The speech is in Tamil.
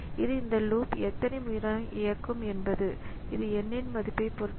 இது இந்த லூப் எத்தனை முறை இயக்கும் என்பதுஇது n இன் மதிப்பைப் பொறுத்தது